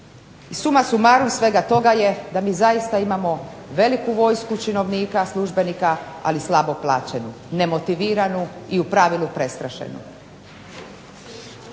Suma sumarum svega toga je da mi zaista imamo veliku vojsku činovnika, službenika, ali slabo plaćenu, nemotiviranu i u pravilu prestrašenu.